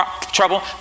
trouble